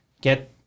get